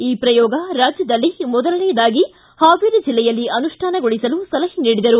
ಈ ಪ್ರಯೋಗ ರಾಜ್ಯದಲ್ಲೇ ಮೊದಲನೇಯದಾಗಿ ಹಾವೇರಿ ಜಿಲ್ಲೆಯಲ್ಲಿ ಅನುಷ್ಠಾನಗೊಳಿಸಲು ಸಲಹೆ ನೀಡಿದರು